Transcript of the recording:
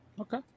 Okay